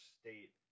state